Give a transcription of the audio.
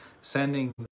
sending